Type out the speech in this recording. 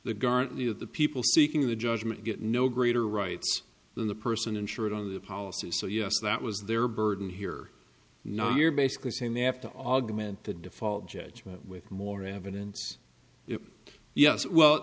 the gartner of the people seeking the judgment get no greater rights than the person insured on the policy so yes that was their burden here not you're basically saying they have to augment the default judgment with more evidence if yes well